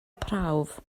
prawf